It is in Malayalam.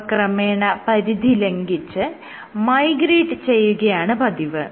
അവ ക്രമേണ പരിധി ലംഘിച്ച് മൈഗ്രേറ്റ് ചെയ്യുകയാണ് പതിവ്